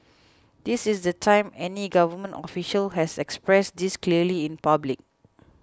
this is the time any government official has expressed this clearly in public